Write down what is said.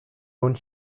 nun